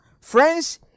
Friends